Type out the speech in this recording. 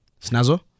Snazo